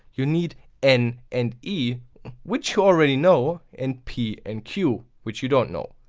you need n and e which you already know and p and q. which you don't know.